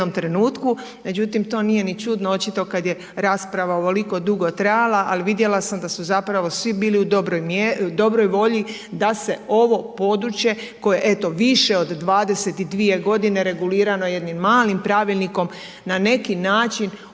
Međutim, to nije ni čudno očito kad je rasprava ovoliko dugo trajala ali vidjela sam da su zapravo svi bili u dobroj mjeri, dobroj volji da se ovo područje koje eto više od 22 godine regulirano jednim malim pravilnikom na neki način uredi,